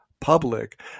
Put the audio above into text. public